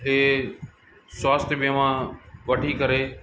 हे स्वास्थ्य बीमा वठी करे